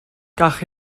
gall